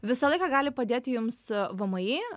visą laiką gali padėti jums vmi